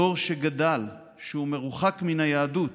דור שגדל כשהוא מרוחק מן היהדות